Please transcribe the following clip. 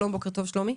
עם שלומי